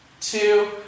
two